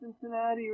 Cincinnati